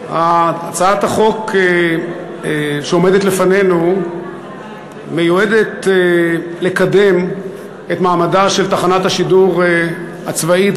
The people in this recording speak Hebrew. הצעת החוק שעומדת לפנינו מיועדת לקדם את מעמדה של תחנת השידור הצבאית,